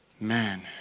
Man